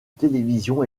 télévision